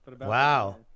wow